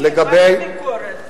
מה זה "ביקורת"?